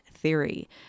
theory